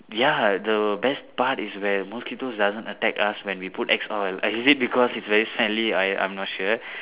ya the best part is when mosquitoes doesn't attack us when we put axe oil is it because it's very smelly I I'm not sure